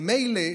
ומילא,